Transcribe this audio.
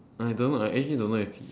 I don't know I actually don't know